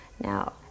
Now